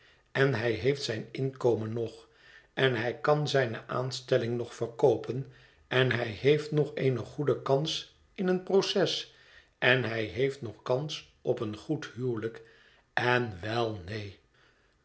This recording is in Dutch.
en hij heeft zijn inkomen nog en hij kan zijne aanstelling nog verkoopen en hij heeft nog eene goede kans in een proces en hij heeft nog kans op een goed huwelijk en wel neen